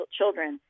children